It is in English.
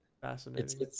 fascinating